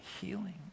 healing